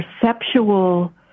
perceptual